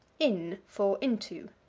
in for into.